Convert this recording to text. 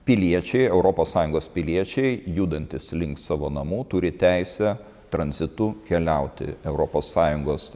piliečiai europos sąjungos piliečiai judantys link savo namų turi teisę tranzitu keliauti europos sąjungos